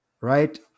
right